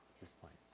this point.